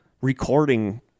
recording